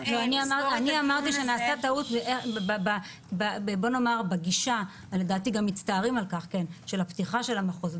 אמרתי שנעשתה טעות בגישה ולדעתי גם מצטערים על כך של פתיחת המחוז,